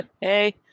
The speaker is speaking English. Hey